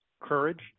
courage